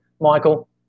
Michael